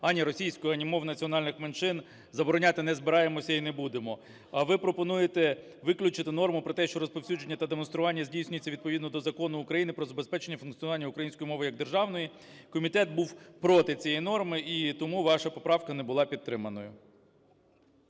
а ні російську, а ні мов національних меншин забороняти не збираємося і не будемо. Ви пропонуєте виключити норму про те, що розповсюдження та демонстрування здійснюється відповідно до Закону України "Про забезпечення функціонування української мови як державної". Комітет був проти цієї норми і тому ваша поправка не була підтриманою.